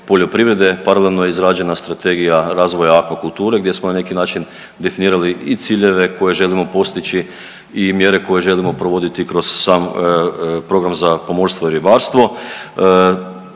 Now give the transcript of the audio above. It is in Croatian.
poljoprivrede, paralelno je izrađena Strategija razvoja akvakulture, gdje smo na neki način definirali i ciljeve koje želimo postići i mjere koje želimo provoditi kroz sam program za pomorstvo i ribarstvo.